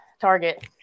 target